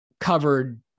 covered